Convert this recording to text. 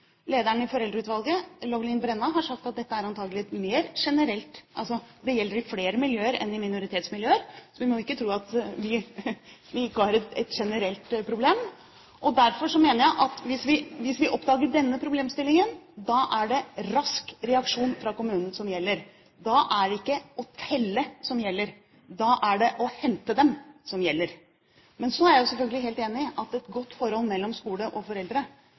Lederen i Foreldreutvalget, Loveleen Brenna, har sagt at dette antakelig gjelder i flere miljøer enn i minoritetsmiljøer, vi må ikke tro at vi ikke har et generelt problem. Derfor mener jeg at hvis vi oppdager denne problemstillingen, er det rask reaksjon fra kommunen som gjelder. Da er det ikke å telle som gjelder, da er det å hente dem som gjelder. Men så er jeg helt enig i at et godt forhold mellom skole og foreldre